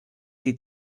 die